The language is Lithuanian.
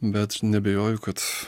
bet neabejoju kad